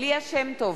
ליה שמטוב,